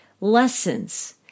lessons